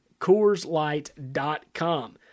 CoorsLight.com